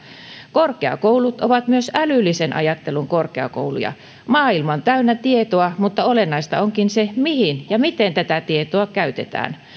korkeakoulut ovat myös älyllisen ajattelun korkeakouluja maailma on täynnä tietoa mutta olennaista onkin se mihin ja miten tätä tietoa käytetään